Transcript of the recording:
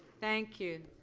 thank you.